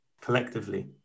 collectively